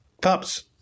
pups